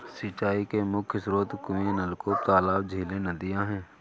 सिंचाई के मुख्य स्रोत कुएँ, नलकूप, तालाब, झीलें, नदियाँ हैं